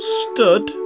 stood